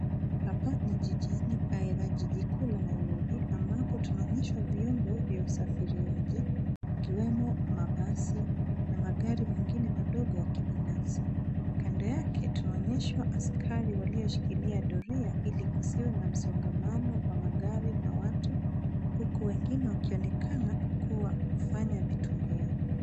Hapa ni jijini, aidha jiji kuu la Nairobi ambapo tunaonyeshwa vyombo vya usafiriaji ikiwemo mabasi na magari mengine madogo ya kibinafsi. Kando yake tunaonyeshwa askari walioshikilia doria ili kusiwe na msongamano wa magari na watu huku wengine wakionekana kufanya vitu vyao.